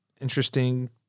interesting